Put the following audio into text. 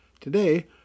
Today